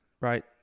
right